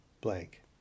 blank